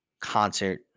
concert